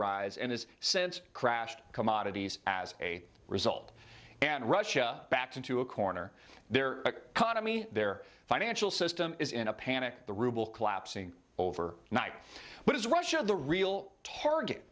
rise and is since crashed commodities as a result and russia backed into a corner there kaname their financial system is in a panic the ruble collapsing over night but is russia the real target